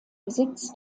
besitz